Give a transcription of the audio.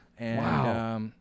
Wow